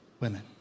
Women